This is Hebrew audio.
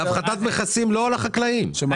קודם כל קיצוץ רוחבי זה משהו שצריכים לאשר פה.